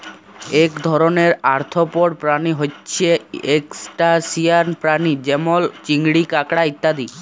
এক ধরণের আর্থ্রপড প্রাণী হচ্যে ত্রুসটাসিয়ান প্রাণী যেমল চিংড়ি, কাঁকড়া ইত্যাদি